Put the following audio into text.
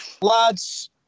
Lads